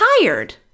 tired